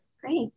Great